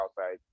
outside